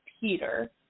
Peter